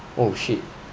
oh shit